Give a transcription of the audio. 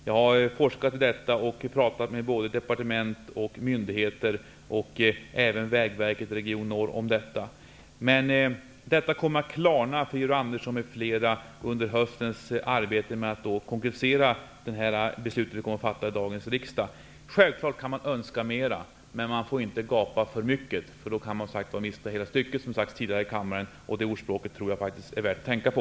Jag har forskat i detta och talat med såväl departement och myndigheter som Vägverket region Norr om detta. Detta kommer att klarna för Georg Andersson och andra under höstens arbete med att konkretisera det beslut som vi kommer att fatta i dag. Självfallet kan man önska mer, men man får inte gapa för mycket, för då kan man mista hela stycket. Det ordspråket, som vi hört tidigare i dag i kammaren, tror jag faktiskt att det är värt att tänka på.